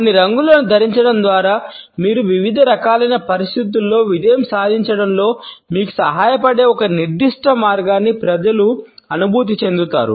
కొన్ని రంగులను ధరించడం ద్వారా మీరు వివిధ రకాలైన పరిస్థితులలో విజయం సాధించడంలో మీకు సహాయపడే ఒక నిర్దిష్ట మార్గాన్ని ప్రజలు అనుభూతి చెందుతారు